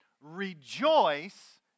Rejoice